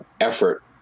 effort